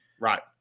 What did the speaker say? Right